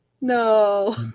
no